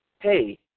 hey